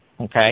okay